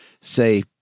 say